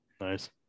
nice